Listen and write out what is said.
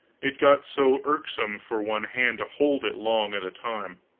it got so irksome for one hand to hold it long at a time.